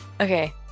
Okay